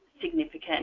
significant